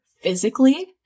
physically